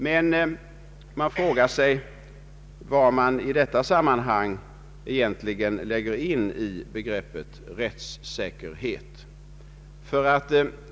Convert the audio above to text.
Man kan fråga sig vad som egentligen bör läggas in i begreppet rättssäkerhet.